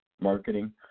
marketing